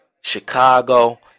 Chicago